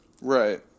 Right